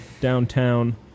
downtown